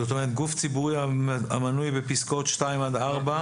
זאת אומרת, גוף ציבורי המנוי בפסקאות (2) עד (4).